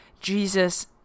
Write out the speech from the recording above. jesus